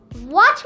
watch